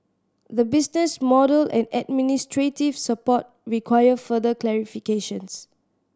the business model and administrative support require further clarifications